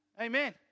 Amen